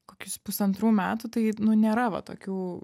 kokius pusantrų metų tai nu nėra va tokių